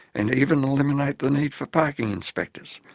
and even eliminate the need for parking inspectors.